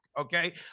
Okay